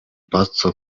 paco